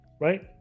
right